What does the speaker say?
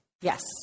Yes